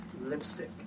lipstick